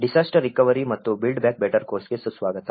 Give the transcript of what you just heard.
disaster recovery ಮತ್ತು build back better ಕೋರ್ಸ್ಗೆ ಸುಸ್ವಾಗತ